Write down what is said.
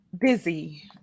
busy